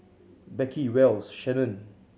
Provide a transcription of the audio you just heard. Beckie Wells Shannen